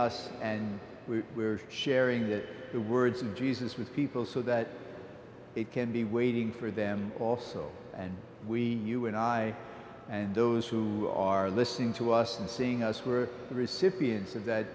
us and we were sharing that the words of jesus with people so that it can be waiting for them also and we you and i and those who are listening to us and seeing us were the recipients of that